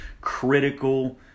critical